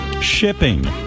shipping